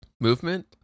movement